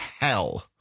hell